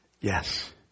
Yes